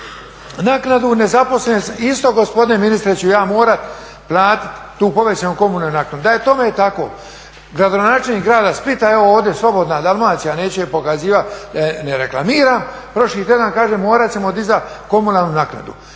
naknadu, nezaposlen isto gospodine ministre ću ja morati platiti tu povećanu komunalnu naknadu. Da je tome tako gradonačelnik grada Splita, evo ovdje Slobodna Dalmacija neću je pokazivati ne reklamiram, prošli tjedan kaže morat ćemo dizati komunalnu naknadu.